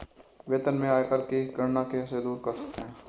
वेतन से आयकर की गणना कैसे दूर कर सकते है?